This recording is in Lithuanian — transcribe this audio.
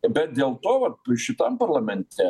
bet dėl to šitam parlamente